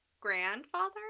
grandfather